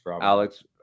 Alex